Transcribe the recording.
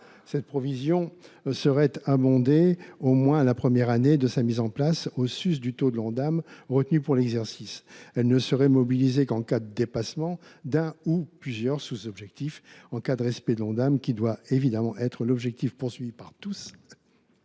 Cette provision serait abondée, au moins la première année de sa mise en place, en sus du taux de progression de l’Ondam retenu pour l’exercice concerné. Elle ne serait mobilisée qu’en cas de dépassement d’un ou plusieurs sous objectifs. En cas de respect de l’Ondam, qui doit évidemment être l’objectif à atteindre par tous,